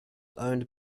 owned